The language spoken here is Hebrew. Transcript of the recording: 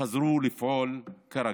חזרו לפעול כרגיל.